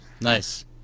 Nice